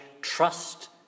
trust